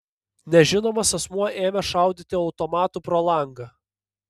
nežinomas asmuo ėmė šaudyti automatu pro langą